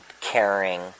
caring